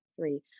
three